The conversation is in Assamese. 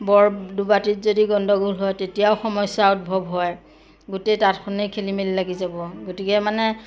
বৰ দুবাতিত যদি গণ্ডগোল হয় তেতিয়াও সমস্যাৰ উদ্ভৱ হয় গোটেই তাঁতখনেই খেলিমেলি লাগি যাব গতিকে মানে